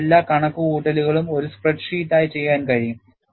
അവർക്ക് എല്ലാ കണക്കുകൂട്ടലുകളും ഒരു സ്പ്രെഡ്ഷീറ്റായി ചെയ്യാൻ കഴിയും